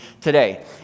today